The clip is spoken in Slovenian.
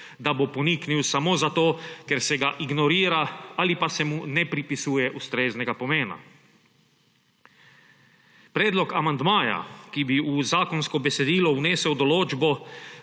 da bo poniknil samo zato, ker se ga ignorira ali pa se mu ne pripisuje ustreznega pomena. Predlog amandmaja, ki bi v zakonsko besedilo vnesel določbo,